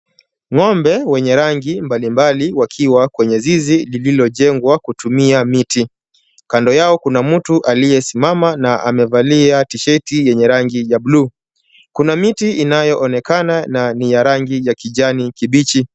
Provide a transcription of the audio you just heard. Ng'ombe wenye rangi mbalimbali wakiwa kwenye zizi lililojengwa kutumia miti. Kando yao kuna mtu aliyesimama na amevalia t-sheti yenye rangi ya blue . Kuna miti inayoonekana na na ni ya rangi ya kijani kibichi.